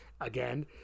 again